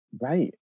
right